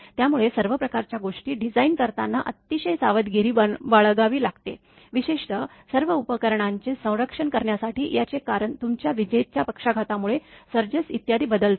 त्यामुळे सर्व प्रकारच्या गोष्टी डिझाइन करताना अतिशय सावधगिरी बाळगावी लागते विशेषतः सर्व उपकरणांचे संरक्षण करण्यासाठी याचे कारण तुमच्या विजेच्या पक्षाघातामुळे सर्जेस इत्यादी बदलतो